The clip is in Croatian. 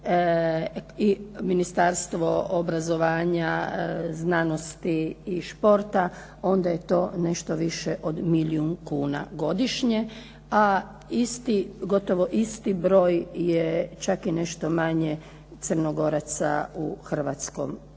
i Ministarstvo obrazovanja, znanosti i športa, onda je to nešto više od milijun kuna godišnje, a gotovo isti broj, čak i nešto manje je Crnogoraca u Hrvatskoj